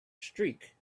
streak